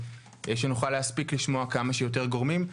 שנוכל להספיק לשמוע כמה שיותר גורמים.